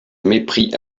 mépris